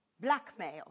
Blackmail